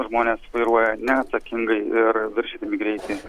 žmonės vairuoja neatsakingai ir viršydami greitį